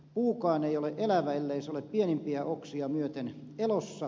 puukaan ei ole elävä ellei se ole pienempiä oksia myöten elossa